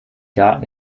daten